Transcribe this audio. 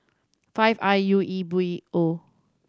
five I U E B O